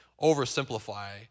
oversimplify